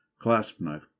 clasp-knife